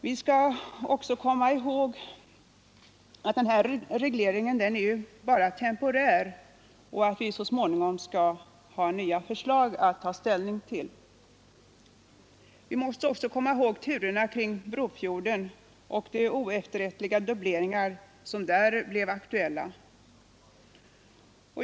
Vi skall komma ihåg att denna reglering bara är temporär och att vi så småningom får ta ställning till nya förslag. Vi skall inte heller glömma turerna kring Brofjorden och de oefterrättliga dubbleringar som där blev aktuella.